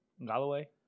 Galloway